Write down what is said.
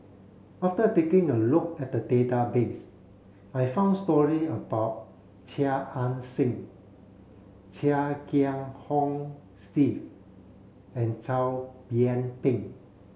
after taking a look at the database I found stories about Chia Ann Siang Chia Kiah Hong Steve and Chow Yian Ping